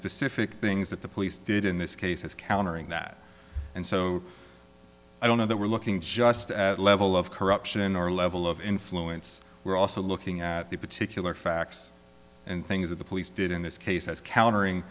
specific things that the police did in this case is countering that and so i don't know that we're looking just at the level of corruption or level of influence we're also looking at the particular facts and things that the police did in this case as countering